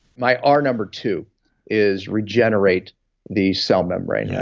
my r number two is regenerate the cell membrane. yeah